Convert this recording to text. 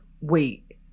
wait